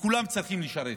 וכולם צריכים לשרת.